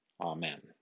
Amen